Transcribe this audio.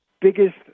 biggest